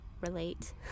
relate